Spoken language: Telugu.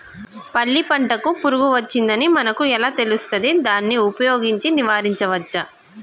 పల్లి పంటకు పురుగు వచ్చిందని మనకు ఎలా తెలుస్తది దాన్ని ఉపయోగించి నివారించవచ్చా?